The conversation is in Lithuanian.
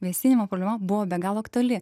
vėsinimo problema buvo be galo aktuali